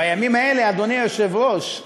בימים האלה, אדוני היושב-ראש,